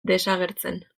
desagertzen